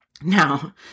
Now